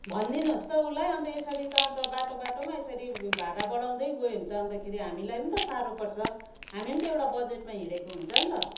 भनिदिनुहोस् त उसलाई अन्त यसरी त अन्त बाटो बाटोमा यसरी भाडा बढाउँदै गयो भने त अन्तखेरि हामीलाई पनि त साह्रो पर्छ हामी पनि त एउटा बजेटमा हिँडेको हुन्छ नि त